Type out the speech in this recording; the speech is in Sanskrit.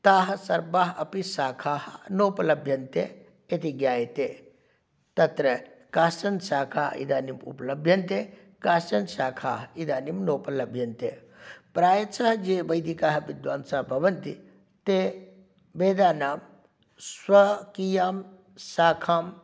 ताः सर्वाः अपि शाखाः नोपलभ्यन्ते इति ज्ञायते तत्र काश्चन शाखाः इदानीम् उपलभ्यन्ते काश्चन शाखाः इदानीं नोपलभ्यन्ते प्रायशः ये वैदिकाः विद्वांसः भवन्ति ते वेदानां स्वकीयां शाखां